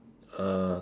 uh